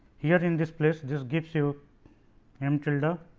here in this place, this gives you m tilde ah